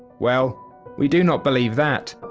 well we do not believe that,